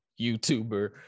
YouTuber